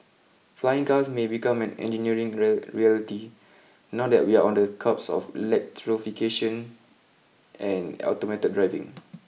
flying cars may become an engineering real reality now that we are on the cusp of electrification and automated driving